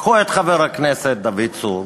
קחו את חבר הכנסת דוד צור,